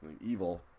Evil